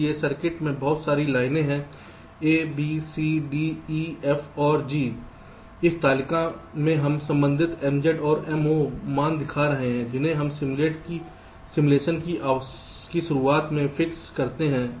इसलिए सर्किट में बहुत सारी लाइनें हैं a b c d e f और g इस तालिका में हम संबंधित MZ और Mo मान दिखा रहे हैं जिन्हें हम सिमुलेशन की शुरुआत में फिक्स करते हैं